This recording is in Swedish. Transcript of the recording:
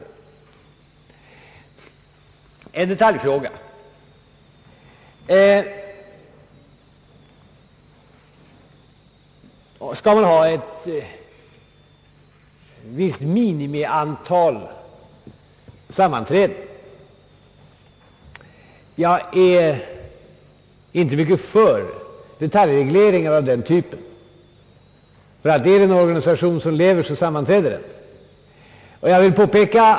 Så till den andra detaljfrågan: Skall man ha ett visst minimiantal sammanträden? Jag är inte mycket för detaljregleringar av den typen. Är det en organisation som lever, så sammanträder den.